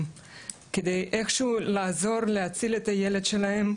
כדי איכשהו לעזור להציל את הילד שלהם,